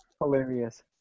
hilarious